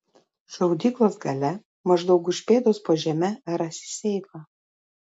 šaudyklos gale maždaug už pėdos po žeme rasi seifą